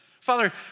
Father